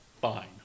Fine